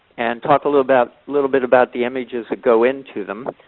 and talk a little bit little bit about the images that go into them.